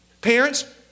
parents